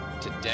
today